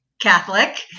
Catholic